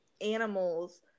animals